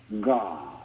God